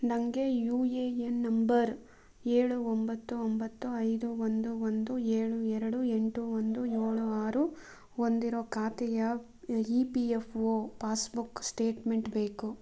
ನನಗೆ A N number ಏಳು ಒಂಬತ್ತು ಒಂಬತ್ತು ಐದು ಒಂದು ಒಂದು ಏಳು ಎರಡು ಎಂಟು ಒಂದು ಏಳು ಆರು ಹೊಂದಿರೋ ಖಾತೆಯ ಇ ಪಿ ಎಫ್ ವೊ ಪಾಸ್ಬುಕ್ ಸ್ಟೇಟ್ಮೆಂಟ್ ಬೇಕು